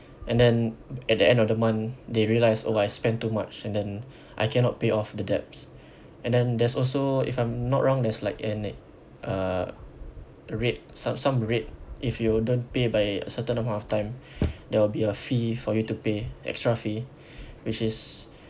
and then at the end of the month they realise oh I spend too much and then I cannot pay off the debts and then there's also if I'm not wrong there's like an uh rate some some rate if you don't pay by certain amount of time there will be a fee for you to pay extra fee which is